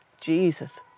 Jesus